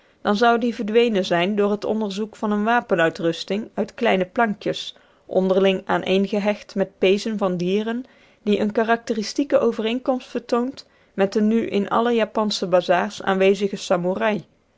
dan zou die verdwenen zijn door het onderzoek van eene wapenrusting uit kleine plankjes onderling aaneengehecht met peezen van dieren die eene karakteristieke overeenkomst vertoont met de nu in alle japansche bazars aanwezige samouraï